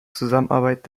zusammenarbeit